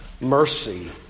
mercy